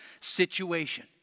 situation